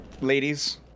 Ladies